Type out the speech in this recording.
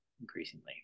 increasingly